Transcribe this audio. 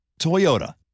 Toyota